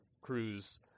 Cruz